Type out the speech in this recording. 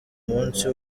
munsi